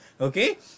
Okay